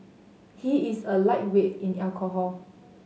he is a lightweight in alcohol